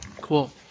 Cool